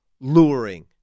luring